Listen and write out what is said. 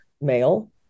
male